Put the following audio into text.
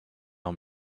him